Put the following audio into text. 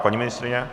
Paní ministryně?